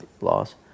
loss